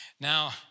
Now